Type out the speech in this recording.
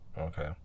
Okay